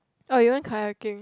oh you went kayaking